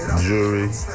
jewelry